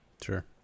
Sure